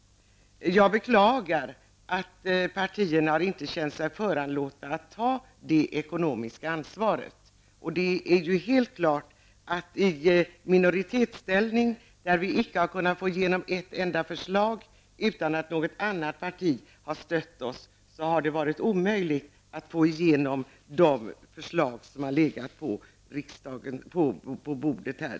Jag beklagar att partierna inte har känt sig föranlåtna att ta det ekonomiska ansvaret. Det är helt klart att det för en regering i minoritetsställning -- vi har ju icke kunnat få igenom ett enda förslag utan att något annat parti har stött oss -- varit omöjligt att få i genom de förslag som har legat på riksdagens bord.